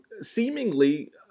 seemingly